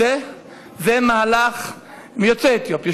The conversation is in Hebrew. יוצאי אתיופיה.